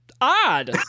odd